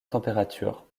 température